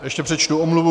Ještě přečtu omluvu.